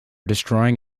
destroying